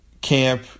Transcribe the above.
camp